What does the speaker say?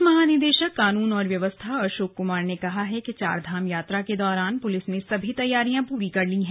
police महानिदेशक कानून और व्यवस्था अशोक कुमार ने कहा है कि चारधाम यात्रा के दौरान पुलिस ने सभी तैयारियां पूरी कर ली हैं